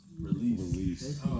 Release